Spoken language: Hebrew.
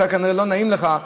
כנראה לא נעים לך,